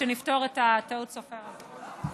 שנפתור את טעות הסופר הזאת.